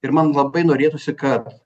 ir man labai norėtųsi kad